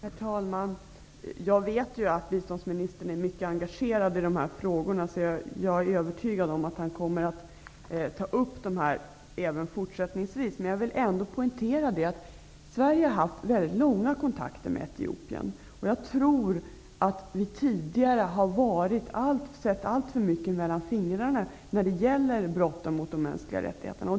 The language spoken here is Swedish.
Herr talman! Jag vet att biståndsministern är mycket engagerad i dessa frågor. Jag är övertygad om att han kommer att ta upp dem även fortsättningsvis. Men jag vill ändå poängtera att Sverige har haft väldigt långa kontakter med Etiopien. Jag tror att vi tidigare har sett alltför mycket mellan fingrarna när det gäller brotten mot de mänskliga rättigheterna.